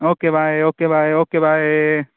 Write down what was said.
okay bye okay bye okay bye